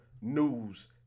news